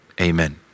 Amen